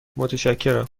متشکرم